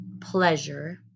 pleasure